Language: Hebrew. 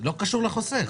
לא קשור לחוסך.